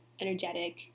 energetic